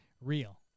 real